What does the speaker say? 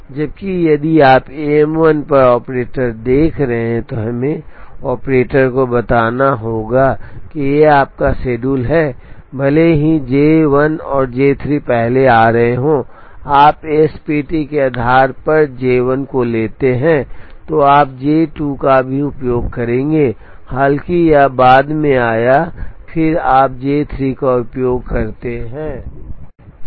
जबकि यदि आप M 1 पर ऑपरेटर देख रहे हैं तो हमें ऑपरेटर को बताना होगा कि यह आपका शेड्यूल है भले ही J 1 और J 3 पहले आ रहे हों आप SPT के आधार पर J 1 लेते हैं तो आप J 2 का भी उपयोग करेंगे हालांकि यह बाद में आया और फिर आप J 3 का उपयोग करते हैं